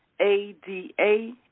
A-D-A